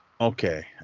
Okay